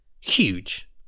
huge